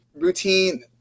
routine